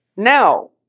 now